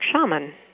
shaman